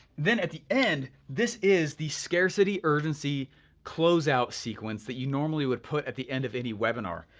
then at the end, this is the scarcity urgency closeout sequence that you normally would put at the end of any webinar,